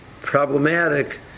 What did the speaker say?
problematic